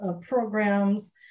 programs